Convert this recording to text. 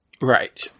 Right